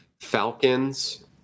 Falcons